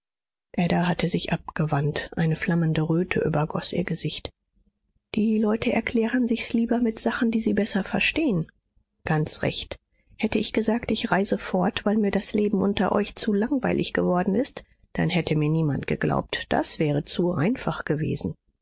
ada hatte sich abgewandt eine flammende röte übergoß ihr gesicht die leute erklären sich's lieber mit sachen die sie besser verstehen ganz recht hätte ich gesagt ich reise fort weil mir das leben unter euch zu langweilig geworden ist dann hätte mir niemand geglaubt das wäre zu einfach gewesen